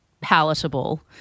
palatable